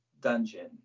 dungeon